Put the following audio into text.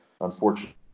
unfortunately